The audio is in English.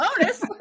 Bonus